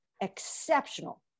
exceptional